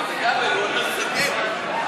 הוא לא עלה לסכם.